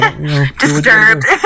disturbed